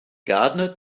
gardener